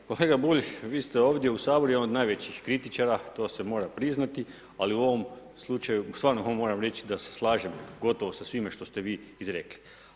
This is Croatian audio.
Pa kolega Bulj, vi ste ovdje u Saboru jedan od najvećih kritičara, to se mora priznati, ali u ovom slučaju stvarno moram reći da se slažem gotovo sa svime što ste vi izrekli.